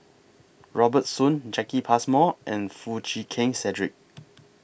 Robert Soon Jacki Passmore and Foo Chee Keng Cedric